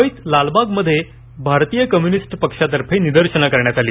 मुंबईत लालबागमध्ये भारतीय कम्युनिस्ट पक्षाद्वारे निदर्शनं करण्यात आली